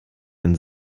ihren